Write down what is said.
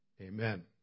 amen